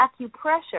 acupressure